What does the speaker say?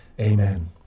Amen